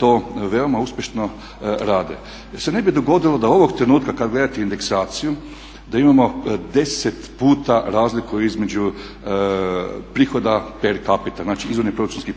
to veoma uspješno rade. Da se ne bi dogodilo da ovog trenutka kad gledate indeksaciju da imamo 10 puta razliku između prihoda per capita. Znači …